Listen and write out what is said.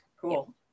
cool